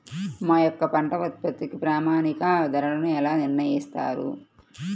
మా యొక్క పంట ఉత్పత్తికి ప్రామాణిక ధరలను ఎలా నిర్ణయిస్తారు?